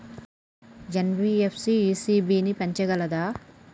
NBFC ECB ని పెంచగలదా?